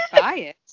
bias